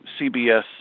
CBS